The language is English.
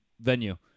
venue